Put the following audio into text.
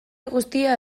guztia